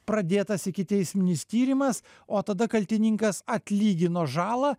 pradėtas ikiteisminis tyrimas o tada kaltininkas atlygino žalą